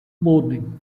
mourning